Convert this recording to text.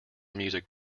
music